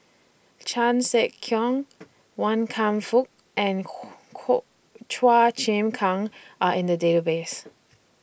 Chan Sek Keong Wan Kam Fook and Chua Chim Kang Are in The Database